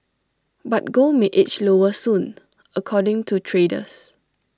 but gold may edge lower soon according to traders